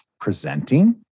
presenting